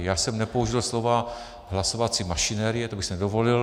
Já jsem nepoužil slova hlasovací mašinerie, to bych si nedovolil.